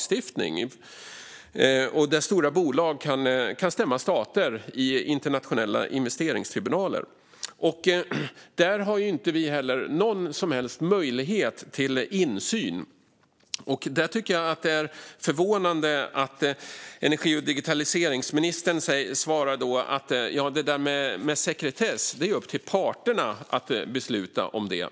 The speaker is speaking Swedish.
Ska stora bolag kunna stämma stater i internationella investeringstribunaler, där har vi dessutom inte någon som helst möjlighet att ha insyn? Det är förvånande att energi och digitaliseringsministern svarar att det är upp till parterna att besluta om sekretess.